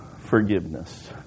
forgiveness